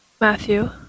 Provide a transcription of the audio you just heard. Matthew